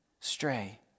stray